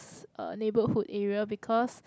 ~s uh neighbourhood area because